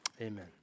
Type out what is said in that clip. Amen